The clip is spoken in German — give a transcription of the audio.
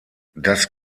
das